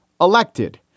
elected